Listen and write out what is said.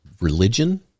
religion